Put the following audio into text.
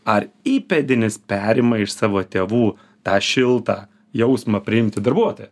ar įpėdinis perima iš savo tėvų tą šiltą jausmą priimti darbuotoją